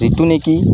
যিটো নেকি